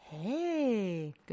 Hey